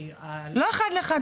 כי --- לא אחד לאחד,